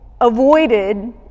avoided